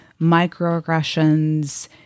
microaggressions